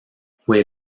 fue